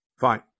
Fine